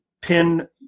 pin